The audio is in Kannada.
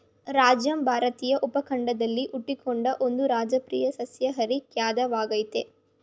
ರಾಜ್ಮಾ ಭಾರತೀಯ ಉಪಖಂಡದಲ್ಲಿ ಹುಟ್ಟಿಕೊಂಡ ಒಂದು ಜನಪ್ರಿಯ ಸಸ್ಯಾಹಾರಿ ಖಾದ್ಯವಾಗಯ್ತೆ